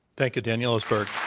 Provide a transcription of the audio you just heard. thank you, daniel ellsberg.